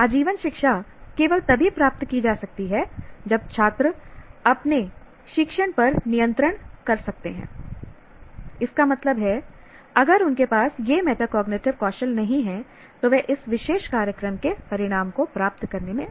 आजीवन शिक्षा केवल तभी प्राप्त की जा सकती है जब छात्र अपने शिक्षण पर नियंत्रण कर सकते हैं इसका मतलब है अगर उनके पास यह मेटाकॉग्निटिव कौशल नहीं है तो वे इस विशेष कार्यक्रम के परिणाम को प्राप्त करने में